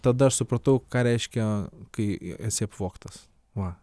tada aš supratau ką reiškia kai esi apvogtas va